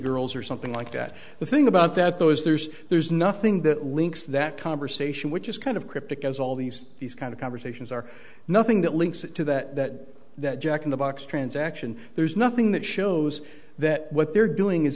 girls or something like that the thing about that though is there's there's nothing that links that conversation which is kind of cryptic as all these these kind of conversations are nothing that links it to that that jack in the box transaction there's nothing that shows that what they're doing is